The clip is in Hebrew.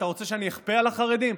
אתה רוצה שאני אכפה על החרדים?